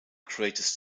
greatest